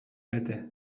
bete